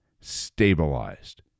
stabilized